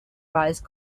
rise